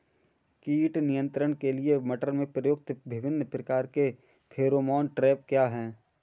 कीट नियंत्रण के लिए मटर में प्रयुक्त विभिन्न प्रकार के फेरोमोन ट्रैप क्या है?